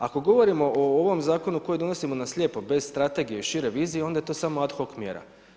Ako govorimo o ovom zakonu koji donosimo na slijepo bez strategije i šire vizije, onda je to samo ad hoc mjera.